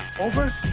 Over